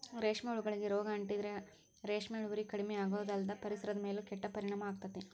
ರೇಷ್ಮೆ ಹುಳಗಳಿಗೆ ರೋಗ ಅಂಟಿದ್ರ ರೇಷ್ಮೆ ಇಳುವರಿ ಕಡಿಮಿಯಾಗೋದಲ್ದ ಪರಿಸರದ ಮೇಲೂ ಕೆಟ್ಟ ಪರಿಣಾಮ ಆಗ್ತೇತಿ